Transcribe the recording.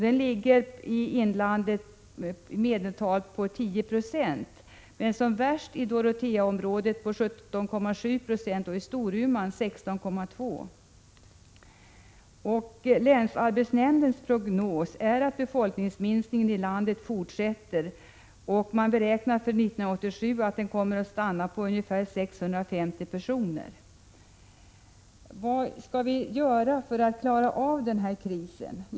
Den ligger i inlandet i medeltal på 10 96, men är som värst i Doroteaområdet med 17,7 26 arbetslösa och i Storuman med 16,2 9. Länsarbetsnämndens prognos är att befolkningsminskningen i inlandet fortsätter — man beräknar för 1987 att den kommer att stanna på ungefär 650 personer. Vad skall vi göra för att klara av den här krisen?